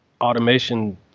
automation